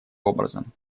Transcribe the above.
образом